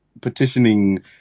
petitioning